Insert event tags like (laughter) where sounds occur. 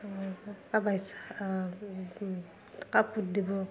(unintelligible) কাপোৰ দিব